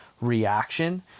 reaction